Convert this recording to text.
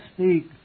speak